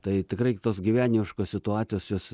tai tikrai tos gyvenimiškos situacijos jos